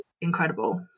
incredible